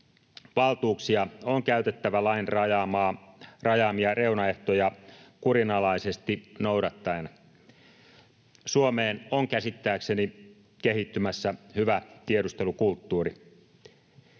Valtuuksia on käytettävä lain rajaamia reunaehtoja kurinalaisesti noudattaen. Suomeen on käsittääkseni kehittymässä hyvä tiedustelukulttuuri.